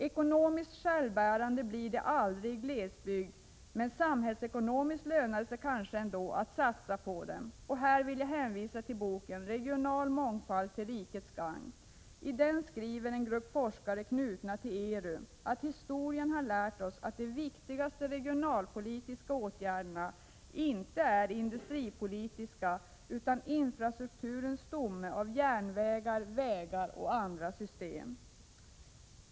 Ekonomiskt självbärande blir de aldrig i glesbygd, men samhällsekonomiskt lönar det sig kanske ändå att satsa på dem. I detta sammanhang vill jag hänvisa till boken ”Regional mångfald till rikets gagn”. I den skriver en grupp forskare knutna till ERU att historien har lärt oss att de viktigaste regionalpolitiska åtgärderna inte är industripolitiska utan att infrastrukturens stomme av järnvägar, vägar och andra system har större betydelse.